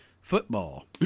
Football